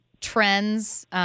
trends –